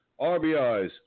RBIs